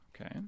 Okay